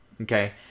okay